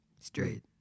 straight